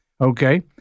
okay